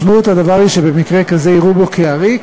משמעות הדבר היא שבמקרה כזה יראו בו עריק,